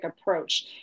approach